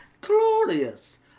Glorious